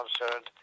concerned